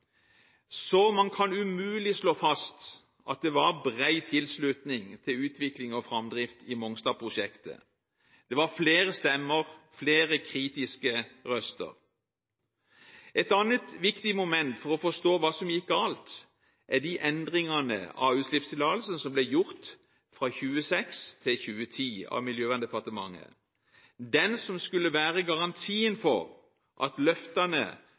Så man kan umulig slå fast at det var bred tilslutning til utvikling og framdrift i Mongstad-prosjektet. Det var flere stemmer, flere kritiske røster. Et annet viktig moment for å forstå hva som gikk galt, er de endringene av utslippstillatelsen som ble gjort fra 2006 til 2010 av Miljøverndepartementet – den som skulle være garantien for at løftene